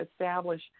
establish